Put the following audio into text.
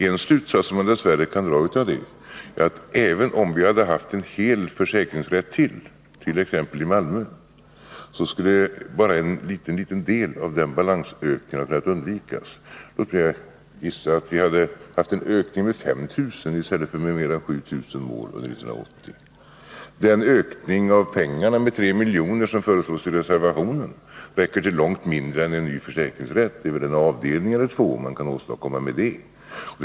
En slutsats som man dess värre kan dra av detta är att även om vi hade haft en hel försäkringsrätt till, exempelvis i Malmö, så skulle bara en mycket liten del av den balansökningen ha kunnat undvikas. Jag gissar att vi då skulle ha haft en ökning av balansen med 5 000 i stället för med 7 000 mål under 1980. Den höjning av anslaget som föreslås i reservationen räcker inte på långt när till en ny försäkringsrätt — vad man kan åstadkomma med de pengarna är väl en avdelning eller två.